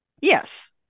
yes